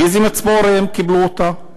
מאיזה מצבור הם קיבלו אותו?